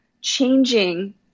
changing